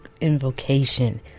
invocation